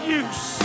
use